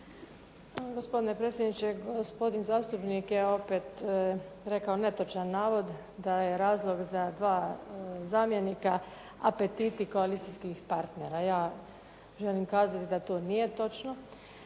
Gospodine predsjedniče, gospodin zastupnik je opet rekao netočan navod da je razlog za dva zamjenika apetiti koalicijskih partnera. Ja želim kazati da to nije točno